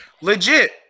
Legit